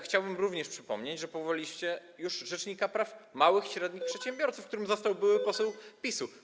Chciałbym również przypomnieć, że powołaliście już rzecznika praw małych i średnich przedsiębiorców, którym został były poseł PiS-u.